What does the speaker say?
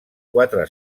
quatre